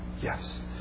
yes